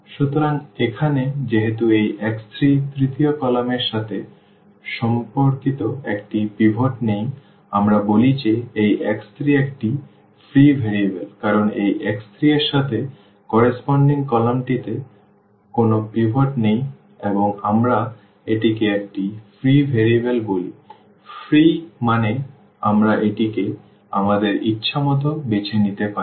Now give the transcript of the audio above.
সুতরাং এখানে যেহেতু এই x3 তৃতীয় কলামের সাথে সম্পর্কিত একটি পিভট নেই আমরা বলি যে এই x3 একটি ফ্রি ভেরিয়েবল কারণ এই x3 এর সাথে সামঞ্জস্যপূর্ণ কলামটিতে কোনও পিভট নেই এবং আমরা এটিকে একটি ফ্রি ভেরিয়েবল বলি ফ্রি মানে আমরা এটি কে আমাদের ইচ্ছা মত বেছে নিতে পারি